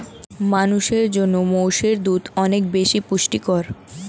মানুষের জন্য মোষের দুধ অনেক বেশি পুষ্টিকর